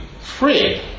free